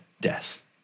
death